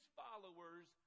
followers